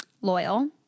Loyal